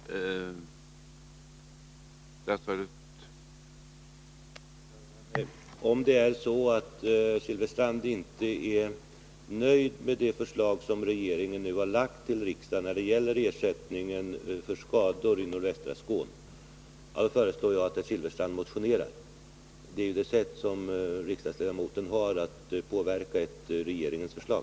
Herr talman! Om det är så att Bengt Silfverstrand inte är nöjd med det förslag som regeringen nu kommit med till riksdagen när det gäller ersättning för skador i nordvästra Skåne föreslår jag att Bengt Silfverstrand motionerar. Det är ju det sätt som en riksdagsledamot har att påverka regeringens förslag.